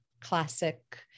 classic